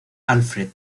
alfred